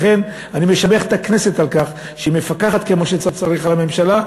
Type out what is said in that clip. לכן אני משבח את הכנסת על כך שהיא מפקחת כמו שצריך על הממשלה,